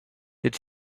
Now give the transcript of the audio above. did